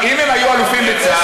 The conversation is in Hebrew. אם הם היו אלופים בצה"ל,